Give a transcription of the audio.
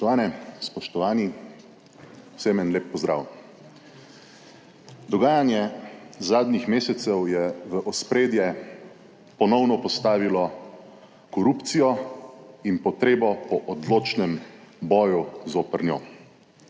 Spoštovane, spoštovani, vsem en lep pozdrav! Dogajanje zadnjih mesecev je v ospredje ponovno postavilo korupcijo in potrebo po odločnem boju zoper njo.